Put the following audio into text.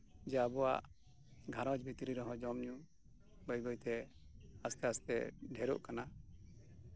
ᱡᱮ ᱟᱵᱚᱣᱟᱜ ᱜᱷᱟᱸᱨᱚᱧᱡᱽ ᱵᱷᱤᱛᱨᱤ ᱨᱮᱦᱚᱸ ᱡᱚᱢ ᱧᱩ ᱵᱟᱹᱭ ᱵᱟᱹᱭᱛᱮ ᱟᱥᱛᱮ ᱟᱥᱛᱮ ᱫᱷᱮᱨᱚᱜ ᱠᱟᱱᱟ